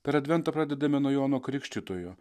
per adventą pradedame nuo jono krikštytojo